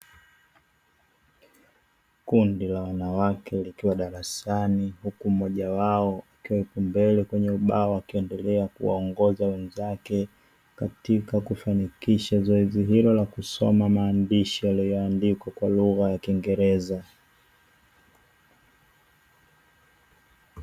Kundi la wanawake likiwa darasani huku mmoja wao akiwa yupo mbele kwenye ubao, akiendelea kuwaongoza wenzake katika kufanikisha zoezi hilo la kusoma maandishi yaliyoandikwa kwa lugha ya kiingereza.